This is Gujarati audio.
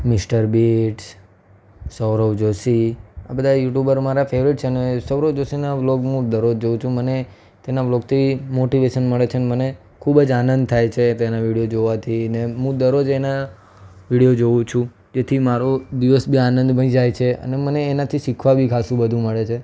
મિસ્ટર બિટ્સ સૌરવ જોશી આ બધાય યુટ્યુબર મારા ફેવરેટ છે ને સૌરવ જોશીના વ્લોગ મું દરરોજ જોઉ છું મને તેના વ્લોગથી મોટિવેસન મળે છે મને ખૂબ જ આનંદ થાય છે તેના વિડીયો જોવાથીને મું દરરોજ એના વિડીયો જોઉં છું જેથી મારો દિવસ બી આનંદમય જાય છે અને મને એનાથી શીખવા બી ખાસું બધું મળે છે